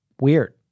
weird